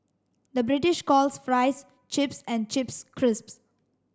the British calls fries chips and chips crisps